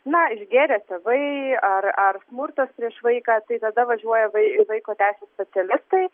na išgėrę tėvai ar ar smurtas prieš vaiką tai tada važiuoja vai vaiko teisių specialistai